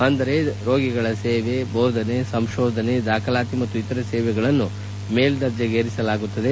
ಅಂದರೆ ರೋಗಿಗಳ ಸೇವೆ ಬೋಧನೆ ಸಂಕೋಧನೆ ದಾಖಲಾತಿ ಮತ್ತು ಇತರ ಸೇವೆಗಳಗಳನ್ನು ಮೇಲ್ದೇರ್ಜೆಗೇರಿಸಲಾಗುತ್ತದೆ